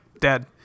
dead